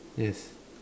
yes